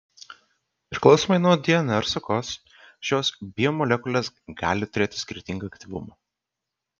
priklausomai nuo dnr sekos šios biomolekulės gali turėti skirtingą aktyvumą